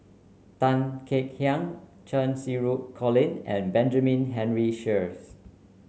Tan Kek Hiang Cheng Xinru Colin and Benjamin Henry Sheares